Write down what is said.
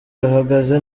ruhagaze